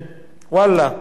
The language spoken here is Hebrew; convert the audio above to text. ואללה,